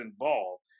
involved